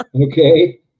Okay